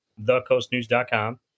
thecoastnews.com